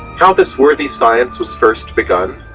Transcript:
how this worthy science was first begunne,